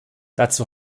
dazu